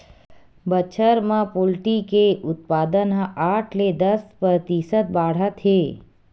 बछर म पोल्टी के उत्पादन ह आठ ले दस परतिसत बाड़हत हे